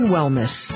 Wellness